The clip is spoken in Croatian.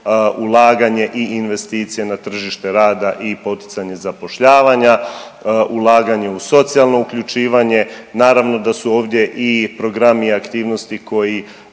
ulaganje i investicije na tržište rada i poticanje zapošljavanja, ulaganje u socijalno uključivanje, naravno da su ovdje i programi i aktivnosti koji